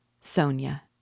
Sonia